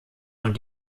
und